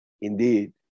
Indeed